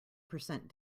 percent